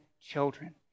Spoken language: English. children